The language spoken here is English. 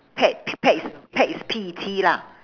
pet pet is pet is P E T lah